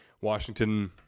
Washington